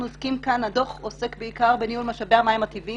הדוח עוסק בעיקר בניהול משאבי המים הטבעיים,